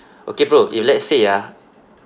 okay bro if let's say ah